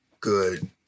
good